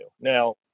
Now